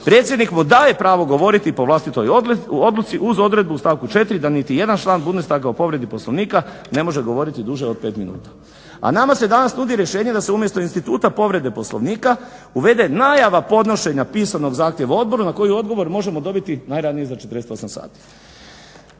predsjednik mu daje pravo govoriti po vlastitoj odluci uz odredbu u stavku 4.da niti jedan član Budenstaga o povredi Poslovnika ne može govoriti duže od 5 minuta". A nama se danas nudi rješenje da se umjesto instituta povrede Poslovnika uvede najava podnošenja pisanog zahtjeva odboru na koji odgovor možemo dobiti najranije za 48 sati.